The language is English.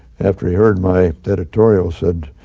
after he heard my editorial said,